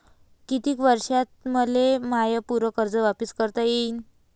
कितीक वर्षात मले माय पूर कर्ज वापिस करता येईन?